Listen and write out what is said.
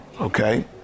okay